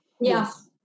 Yes